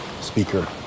Speaker